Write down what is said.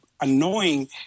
annoying